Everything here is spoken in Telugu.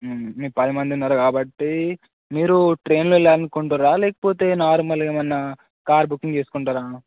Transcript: పదిమంది ఉన్నారు కాబట్టి మీరు ట్రైన్లో వెళ్ళాలి అనుకుంటున్నారా లేకపోతే నార్మల్గా ఏమన్నా కార్ బుకింగ్ చేసుకుంటారా